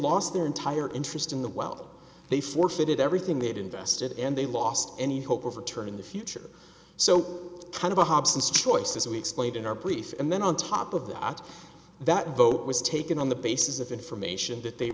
lost their entire interest in the well they forfeited everything they had invested and they lost any hope of return in the future so kind of a hobson's choice as we explained in our police and then on top of the act that vote was taken on the basis of information that they